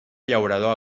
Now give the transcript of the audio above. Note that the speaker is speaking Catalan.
llaurador